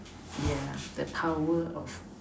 yeah that power of